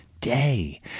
day